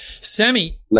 Sammy